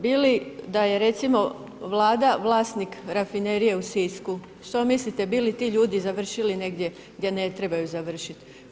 Bili da je recimo Vlada vlasnik Rafinerije u Sisku, što mislite bi li ti ljudi završili negdje gdje ne trebaju završiti?